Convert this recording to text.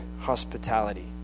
hospitality